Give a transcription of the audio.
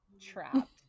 trapped